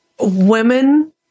women